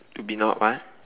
to be not what